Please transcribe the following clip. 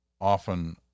often